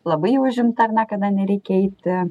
labai užimta ar ne kada nereikia eiti